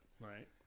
Right